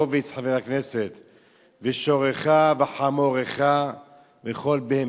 חבר הכנסת הורוביץ, ושורך וחמורך וכל בהמתך.